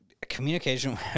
Communication